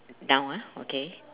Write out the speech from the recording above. down ah okay